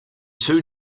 two